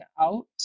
out